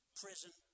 prison